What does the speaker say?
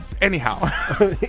Anyhow